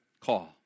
call